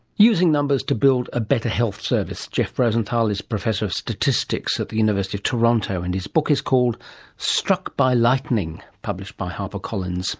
using numbers to build a better health service. jeff rosenthal is professor of statistics at the university of toronto, and his book is called struck by lightning, published by harper collins